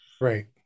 Right